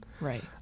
Right